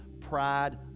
pride